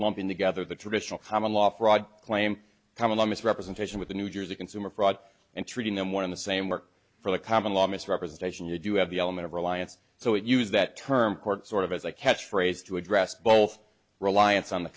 lumping together the traditional common law fraud claim come along as representation with the new jersey consumer fraud and treating them one in the same work for the common law misrepresentation you do have the element of reliance so it used that term court sort of as a catch phrase to address both reliance on the